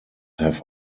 have